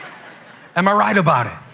am i right about it?